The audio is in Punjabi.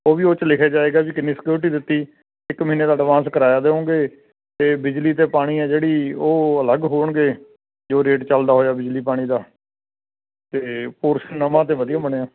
ਉਹ ਵੀ ਉਹ 'ਚ ਲਿਖਿਆ ਜਾਏਗਾ ਵੀ ਕਿੰਨੀ ਸਕਿਉਰਟੀ ਦਿੱਤੀ ਇੱਕ ਮਹੀਨੇ ਦਾ ਐਡਵਾਂਸ ਕਿਰਾਇਆ ਦੇਓਗੇ ਅਤੇ ਬਿਜਲੀ ਅਤੇ ਪਾਣੀ ਆ ਜਿਹੜੀ ਉਹ ਅਲੱਗ ਹੋਣਗੇ ਜੋ ਰੇਟ ਚੱਲਦਾ ਹੋਇਆ ਬਿਜਲੀ ਪਾਣੀ ਦਾ ਅਤੇ ਪੋਰਸ਼ਨ ਨਵਾਂ ਅਤੇ ਵਧੀਆ ਬਣਿਆ